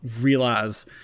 realize